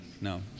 No